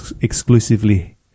exclusively